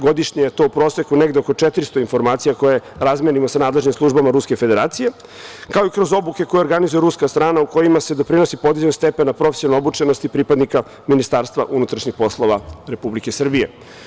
Godišnje je to u proseku negde oko 400 informacija koje razmenimo sa nadležnim službama Ruske Federacije, kao i kroz obuke koje organizuje ruska strana u kojima se doprinosi podizanju stepena profesionalne obučenosti pripadnika Ministarstva unutrašnjih poslova Republike Srbije.